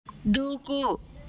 దూకు